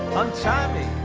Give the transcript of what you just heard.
untie me.